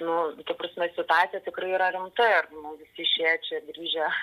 nu ta prasme situacija tikrai yra rimta ir nu visi išėję čia grįžę